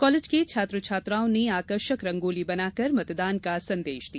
college के छात्र छात्राओं ने आकर्षक रंगोली बनाकर मतदान का संदेश दिया